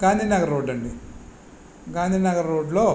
Gandhinagar road అండి గాంధీనగర్ రోడ్లో